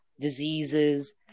diseases